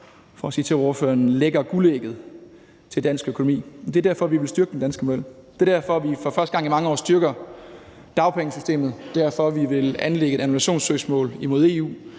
for at citere hr. Karsten Hønge – lægger guldæggene til dansk økonomi. Det er derfor, vi vil styrke den danske model; det er derfor, vi for første gang i mange år styrker dagpengesystemet; det er derfor, vi vil anlægge et annullationssøgsmål mod EU;